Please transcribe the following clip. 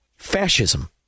fascism